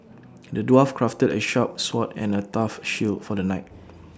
the dwarf crafted A sharp sword and A tough shield for the knight